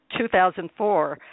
2004